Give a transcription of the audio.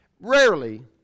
Rarely